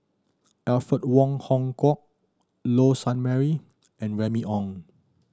Alfred Wong Hong Kwok Low Sanmay and Remy Ong